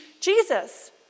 Jesus